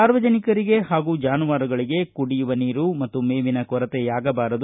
ಸಾರ್ವಜನಿಕರಿಗೆ ಹಾಗೂ ಜಾನುವಾರುಗಳಿಗೆ ಕುಡಿಯುವ ನೀರು ಮತ್ತು ಮೇವಿನ ಕೊರತೆಯಾಗಬಾರದು